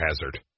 hazard